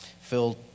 Phil